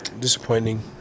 Disappointing